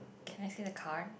can I see the card